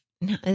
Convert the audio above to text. no